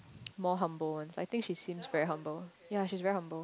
more humble ones I think she seems very humble ya she's very humble